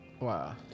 Wow